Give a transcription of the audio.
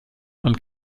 und